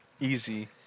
Easy